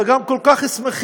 אלא גם כל כך שמחים,